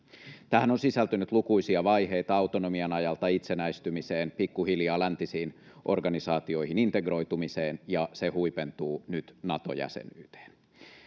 Tähän on sisältynyt lukuisia vaiheita autonomian ajalta itsenäistymiseen, pikkuhiljaa läntisiin organisaatioihin integroitumiseen, ja se huipentuu nyt Nato-jäsenyyteen.